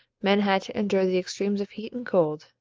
men had to endure the extremes of heat and cold,